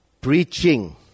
preaching